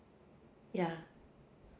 yeah